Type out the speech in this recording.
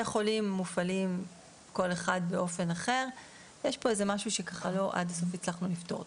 החולים מופעלים כל אחד באופן אחר יש פה משהו שלא הצלחנו עד הסוף לפתור.